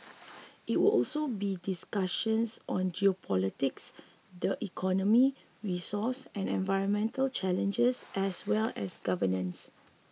there will also be discussions on geopolitics the economy resource and environmental challenges as well as governance